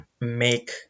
make